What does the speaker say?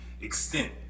extent